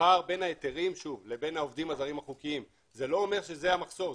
הפער בין ההיתרים לבין העובדים הזרים החוקיים - זה לא אומר שזה המחסור,